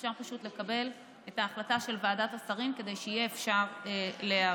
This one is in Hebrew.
אפשר פשוט לקבל את ההחלטה של ועדת השרים כדי שיהיה אפשר להיערך.